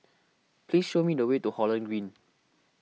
please show me the way to Holland Green